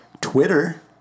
Twitter